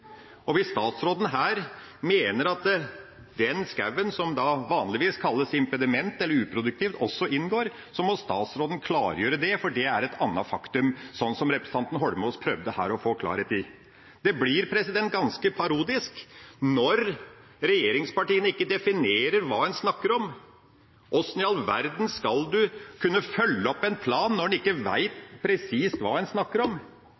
Hvis statsråden mener at den skogen som vanligvis kalles impediment, eller uproduktiv, også inngår, så må statsråden klargjøre det, for det er et annet faktum, slik som representanten Eidsvoll Holmås prøvde å få klarhet i. Det blir ganske parodisk når regjeringspartiene ikke definerer hva de snakker om. Hvordan i all verden skal en kunne følge opp en plan når en ikke vet presist hva en snakker om?